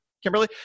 Kimberly